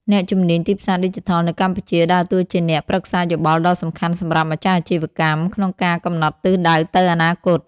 អ្នកជំនាញទីផ្សារឌីជីថលនៅកម្ពុជាដើរតួជាអ្នកប្រឹក្សាយោបល់ដ៏សំខាន់សម្រាប់ម្ចាស់អាជីវកម្មក្នុងការកំណត់ទិសដៅទៅអនាគត។